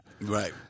Right